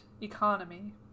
economy